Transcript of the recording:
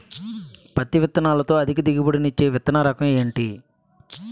పత్తి విత్తనాలతో అధిక దిగుబడి నిచ్చే విత్తన రకం ఏంటి?